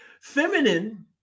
Feminine